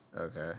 Okay